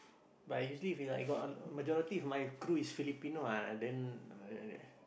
but usually if like got majority of my crew is Filipino ah then